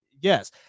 Yes